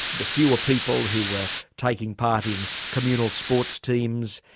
the fewer people who were taking part in communal sports teams,